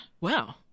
Wow